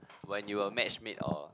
when you were matchmade or